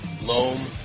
loam